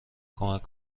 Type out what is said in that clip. کمک